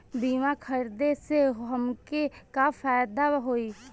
बीमा खरीदे से हमके का फायदा होई?